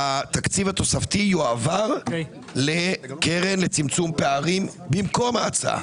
שהתקציב התוספתי יועבר לקרן לצמצום פערים במקום ההצעה.